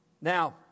Now